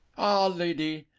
ah, lady,